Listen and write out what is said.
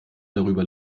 darüber